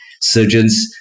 surgeons